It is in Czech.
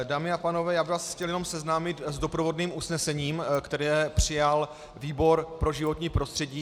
Dámy a pánové, já bych vás chtěl jenom seznámit s doprovodným usnesením, které přijal výbor pro životní prostředí.